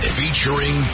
featuring